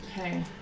Okay